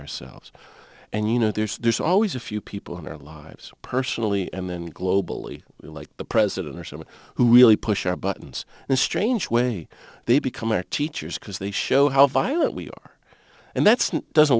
ourselves and you know there's there's always a few people in our lives personally and then globally like the president or someone who really push our buttons in a strange way they become our teachers because they show how violent we are and that's not doesn't